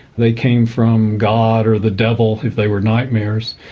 they came from god, or the devil if they were nightmares,